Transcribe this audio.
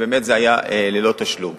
ובאמת זה היה ללא תשלום.